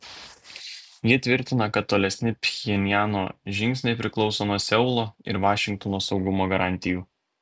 ji tvirtina kad tolesni pchenjano žingsniai priklauso nuo seulo ir vašingtono saugumo garantijų